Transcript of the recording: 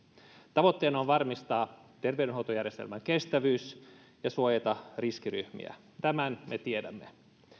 tavoitteena on varmistaa terveydenhuoltojärjestelmän kestävyys ja suojata riskiryhmiä tämän me tiedämme